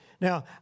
Now